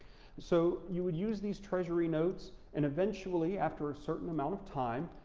so, you would use these treasury notes and eventually after a certain amount of time,